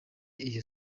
iyo